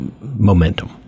momentum